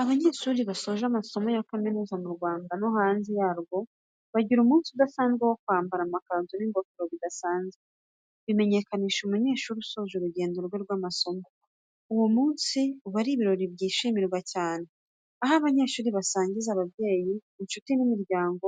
Abanyeshuri basoje amasomo ya kaminuza mu Rwanda no hanze yarwo bagira umunsi udasanzwe wo kwambara amakanzu n’ingofero bidasanzwe, bimenyekanisha umunyeshuri usoje urugendo rwe rw’amasomo. Uwo munsi uba ari ibirori byishimirwa cyane, aho abanyeshuri basangiza ababyeyi, inshuti n’imiryango